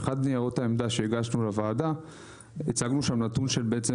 באחד מניירות העמדה שהגשנו לוועדה הצגנו שם נתון של בעצם